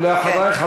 ואחרייך,